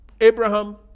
Abraham